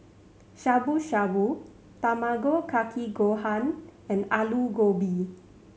Shabu Shabu Tamago Kake Gohan and Alu Gobi